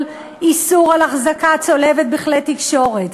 איסור על אחזקה צולבת בכלי תקשורת,